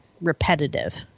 repetitive